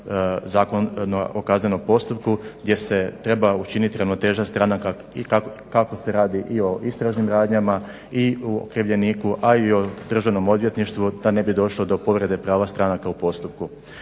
Zakona o kaznenom postupku gdje se treba učiniti ravnoteža stranaka i kako se radi i o istražnim radnjama i okrivljeniku, a i Državnom odvjetništvu da ne bi došlo do povrede prava stranaka u postupku.